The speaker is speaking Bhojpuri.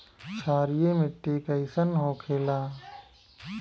क्षारीय मिट्टी कइसन होखेला?